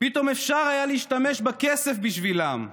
פתאום אפשר היה להשתמש בכסף בשבילם.